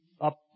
up